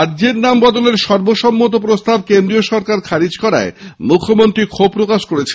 রাজ্যের নাম বদলের সর্বসম্মত প্রস্তাব কেন্দ্রীয় সরকার খারিজ করায় মুখ্যমন্ত্রী ক্ষোভ প্রকাশ করেছেন